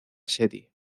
serie